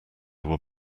were